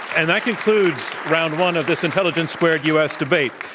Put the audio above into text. and that concludes round one of this intelligence squared u. s. debate.